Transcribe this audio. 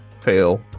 fail